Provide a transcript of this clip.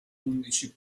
undici